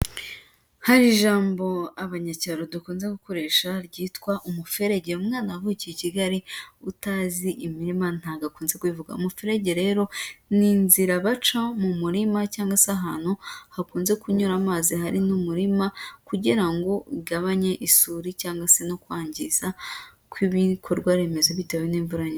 Hari ijambo abanyacyaro dukunze gukoresha ryitwa umuferege, umwana wavukiye i Kigali utazi imirima ntabwo akunze kubivuga, umuferege rero ni inzira baca mu murima cyangwa se ahantu hakunze kunyura amazi hari n'umurima, kugira ngo ugabanye isuri cyangwa se no kwangiza ku ibikorwa remezo bitewe n'imvura nyi...